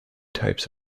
types